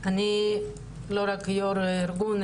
אני לא רק יו"ר ארגון,